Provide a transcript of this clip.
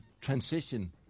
transition